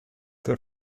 that